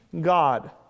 God